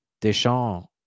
Deschamps